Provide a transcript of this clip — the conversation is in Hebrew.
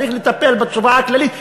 צריך לטפל בתשובה הכללית,